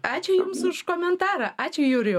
ačiū jums už komentarą ačiū jurijau